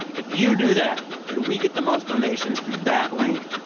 if you do that and we get the most donations through that link,